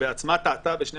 בעצמה טעתה ב-12